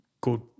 good